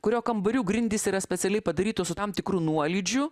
kurio kambarių grindys yra specialiai padarytos su tam tikru nuolydžiu